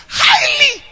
highly